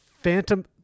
Phantom